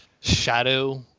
shadow